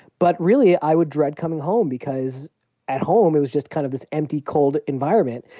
but really, i would dread coming home because at home it was just kind of this empty, cold environment.